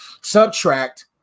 subtract